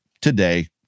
today